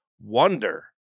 wonder